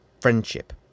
friendship